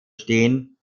stehen